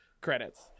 credits